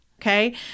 Okay